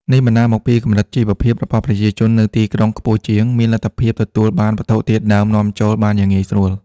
នេះបណ្ដាលមកពីកម្រិតជីវភាពរបស់ប្រជាជននៅទីក្រុងខ្ពស់ជាង និងមានលទ្ធភាពទទួលបានវត្ថុធាតុដើមនាំចូលបានយ៉ាងងាយស្រួល។